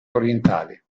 orientale